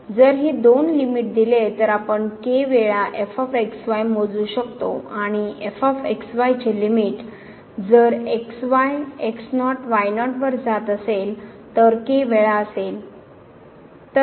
जर हे दोन लिमिट दिले तर आपण वेळा f x y मोजू शकतो आणि f x y चे लिमिट जर x y x0 y0 वर जात असेल तर k वेळा असेल